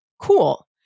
cool